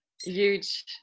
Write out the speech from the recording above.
huge